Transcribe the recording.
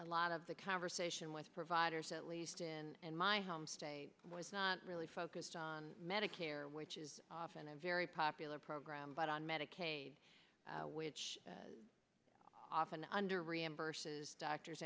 lot of the conversation with providers at least in my home state was not really focused on medicare which is often a very popular program but on medicaid which often under reimburses doctors